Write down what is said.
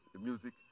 music